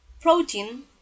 protein